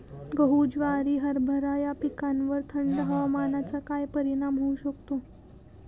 गहू, ज्वारी, हरभरा या पिकांवर थंड हवामानाचा काय परिणाम होऊ शकतो?